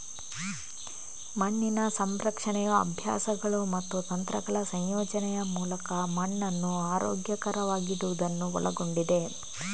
ಮಣ್ಣಿನ ಸಂರಕ್ಷಣೆಯು ಅಭ್ಯಾಸಗಳು ಮತ್ತು ತಂತ್ರಗಳ ಸಂಯೋಜನೆಯ ಮೂಲಕ ಮಣ್ಣನ್ನು ಆರೋಗ್ಯಕರವಾಗಿಡುವುದನ್ನು ಒಳಗೊಂಡಿದೆ